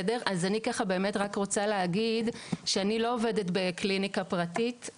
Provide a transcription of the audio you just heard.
אני רק רוצה להגיד שאני לא עובדת בקליניקה פרטית.